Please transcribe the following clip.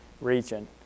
region